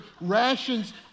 rations